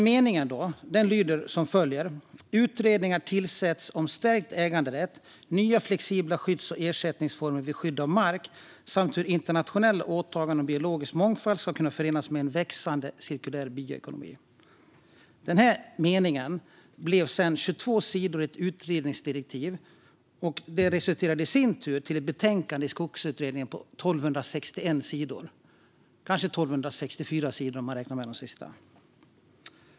Meningen lyder som följer: "Utredningar tillsätts om stärkt äganderätt, nya flexibla skydds och ersättningsformer vid skydd av mark samt hur internationella åtaganden om biologisk mångfald ska kunna förenas med en växande cirkulär bioekonomi." Den meningen blev sedan till 22 sidor i ett utredningsdirektiv, och det resulterade i sin tur i ett betänkande från Skogsutredningen på 1 261 sidor - kanske 1 264 sidor, om man räknar med de sista.